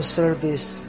service